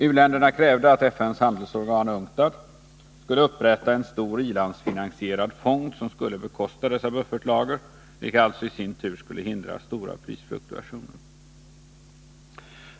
U-länderna krävde att FN:s handelsorgan skulle upprätta en stor i-landsfinansierad fond som skulle bekosta dessa buffertlager, vilka alltså i sin tur skulle hindra stora prisfluktuationer.